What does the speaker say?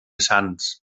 sants